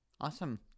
Awesome